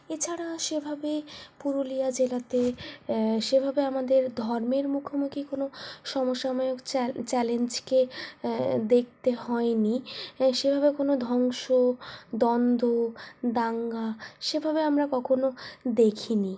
এছাড়া সেভাবে পুরুলিয়া জেলাতে সেভাবে আমাদের ধর্মের মুখোমুখি কোনো সমসাময়িক চ্যালেঞ্জকে দেখতে হয়নি সেভাবে কোনো ধ্বংস দ্বন্দ্ব দাঙ্গা সেভাবে আমরা কখনো দেখিনি